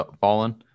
fallen